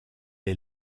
est